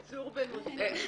בבקשה.